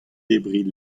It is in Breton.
debriñ